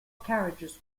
carriages